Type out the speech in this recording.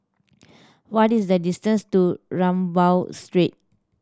what is the distance to Rambau Street